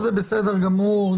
בסדר גמור.